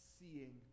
seeing